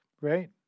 Right